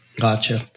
Gotcha